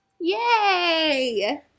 Yay